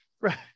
Right